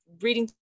reading